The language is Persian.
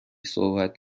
صحبت